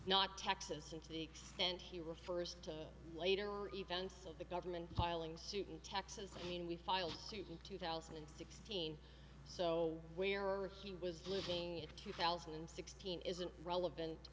not texas and to the extent he refers to later events of the government piling suit in texas i mean we filed suit in two thousand and sixteen so where or he was looking at two thousand and sixteen isn't relevant